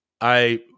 I-